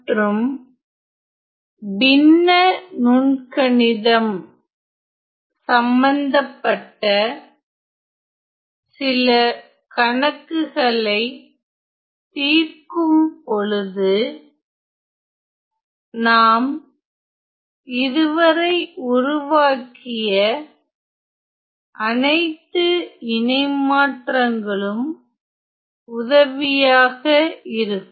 மற்றும் பின்ன நுண்கணிதம் சம்மந்தப்பட்ட சில கணக்குகளை தீர்க்கும்பொழுது நாம் இதுவரை உருவாக்கிய அனைத்து இணைமாற்றங்களும் உதவியாக இருக்கும்